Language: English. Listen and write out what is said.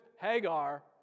Hagar